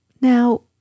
Now